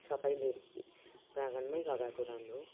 सबैले प्राङ्गणमै लगाएको राम्रो